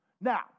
Now